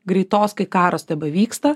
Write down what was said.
greitos kai karas tebevyksta